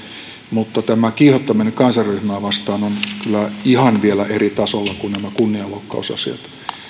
mutta tämä kiihottaminen kansanryhmää vastaan on kyllä ihan vielä eri tasolla kuin nämä kunnianloukkausasiat